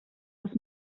els